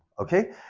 Okay